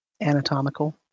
Anatomical